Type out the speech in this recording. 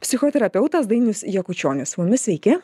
psichoterapeutas dainius jakučionis su mumis sveiki